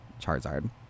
Charizard